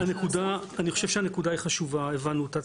--- אני חושב שהנקודה היא חשובה; הבנו אותה,